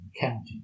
counting